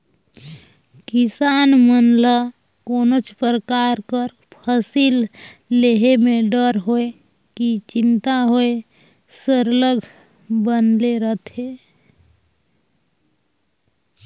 किसान मन ल कोनोच परकार कर फसिल लेहे में डर होए कि चिंता होए सरलग बनले रहथे